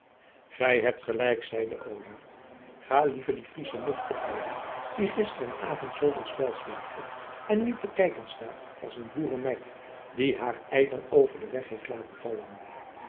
gij hebt gelijk zeide oda ga liever die friesche nuf opbeuren die eergisteravond zooveel spels maakte en nu te kijken staat als een boerenmeid die haar eieren over den weg heeft laten vallen